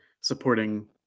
supporting